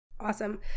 Awesome